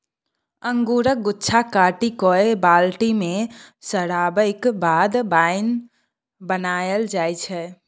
अंगुरक गुच्छा काटि कए बाल्टी मे सराबैक बाद बाइन बनाएल जाइ छै